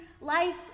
life